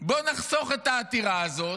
בוא נחסוך את העתירה הזאת,